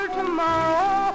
tomorrow